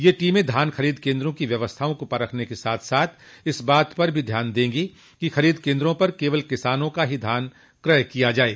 यह टीमें धान खरीद केन्द्रों की व्यवस्थाओं को परखने के साथ साथ इस बात पर भी ध्यान देंगे कि खरीद केन्द्रों पर केवल किसानों का ही धान क्रय किया जाये